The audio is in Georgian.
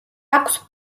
აქვს